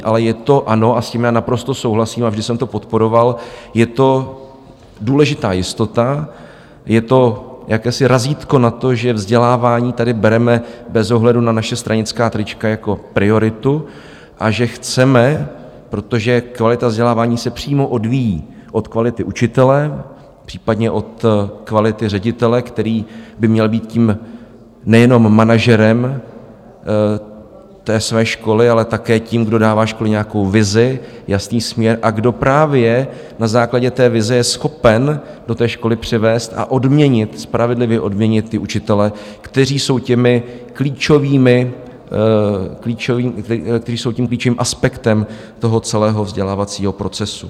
Ale je to, ano, a s tím já naprosto souhlasím a vždy jsem to podporoval, je to důležitá jistota, je to jakési razítko na to, že vzdělávání tady bereme bez ohledu na naše stranická trička jako prioritu a že chceme, protože kvalita vzdělávání se přímo odvíjí od kvality učitele, případně o kvality ředitele, který by měl být tím nejenom manažerem té své školy, ale také tím, kdo dává škole nějakou vizi, jasný směr a kdo právě na základě té vize je schopen do té školy přivést a odměnit, spravedlivě odměnit ty učitele, kteří jsou tím klíčovým aspektem toho celého vzdělávacího procesu.